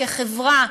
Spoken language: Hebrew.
כחברה,